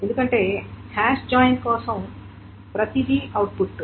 ఎందుకంటే hash join కోసం ప్రతిదీ అవుట్పుట్